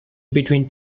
between